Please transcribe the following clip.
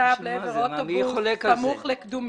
ובקת"ב לעבר אוטובוס סמוך לקדומים.